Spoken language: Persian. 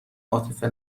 عاطفه